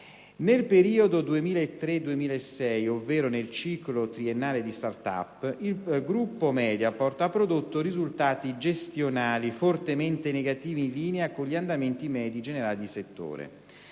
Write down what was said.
Nel periodo 2003-2006, ovvero nel ciclo triennale di *start-up*, il gruppo Mediaport ha prodotto risultati gestionali fortemente negativi in linea con gli andamenti medi generali di settore.